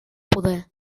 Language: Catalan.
poder